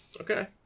Okay